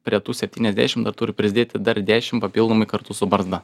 prie tų septyniasdešimt dar turi prisidėti dar dešimt papildomai kartu su barzda